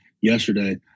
yesterday